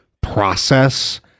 process